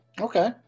Okay